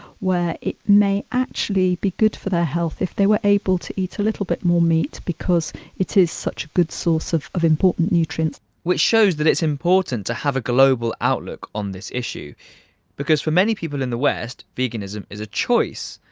where it may actually be good for their health if they were able to eat a little bit more meat, because it is such a good source of of important nutrients, which shows that it's important to have a global outlook on this issue because for many people in the west veganism is a choice.